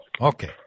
Okay